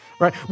Right